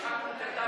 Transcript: המרחק הוא קטן.